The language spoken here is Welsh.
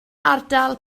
ardal